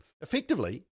effectively